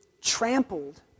trampled